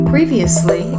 Previously